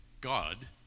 God